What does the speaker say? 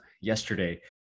yesterday